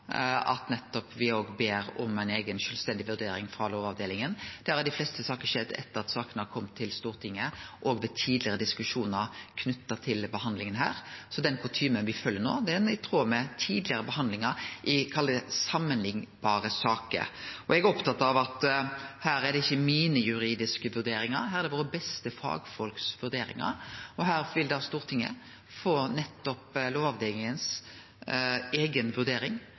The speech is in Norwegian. at me òg ber om ei eiga, sjølvstendig vurdering frå Lovavdelinga. Det har i dei fleste saker skjedd etter at saka har kome til Stortinget, òg ved tidlegare diskusjonar knytte til behandlinga her. Den kutymen me følgjer no, er i tråd med tidlegare behandlingar i samanliknbare saker. Eg er opptatt av at det ikkje er mine juridiske vurderingar her. Det er vurderingane til dei beste fagfolka våre, og her vil Stortinget få Lovavdelinga si eiga vurdering.